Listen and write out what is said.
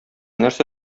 нәрсә